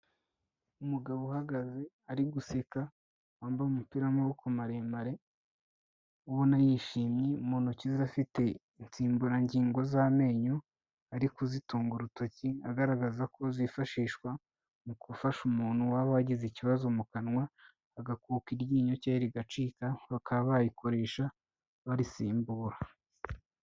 Umugabo uhagaze ari guseka, wambaye umupira w'amaboko maremare ubona yishimye. Mu ntoki ze afite insimburangingo z'amenyo, ari kuzitunga urutoki agaragaza ko zifashishwa mu gufasha umuntu waba wagize ikibazo mu kanwa agakuka iryinyo cyangwa rigacika. Bakaba bayikoresha barisimbura.